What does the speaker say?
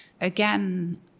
again